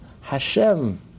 Hashem